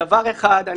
דבר אחד,